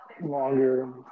Longer